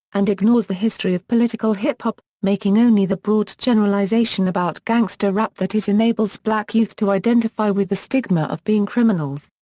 and ignores the history of political hip-hop, making only the broad generalization about gangsta rap that it enables black youth to identify with the stigma of being criminals.